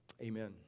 Amen